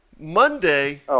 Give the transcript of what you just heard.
Monday